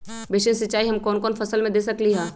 Basin सिंचाई हम कौन कौन फसल में दे सकली हां?